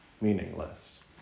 meaningless